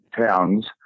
towns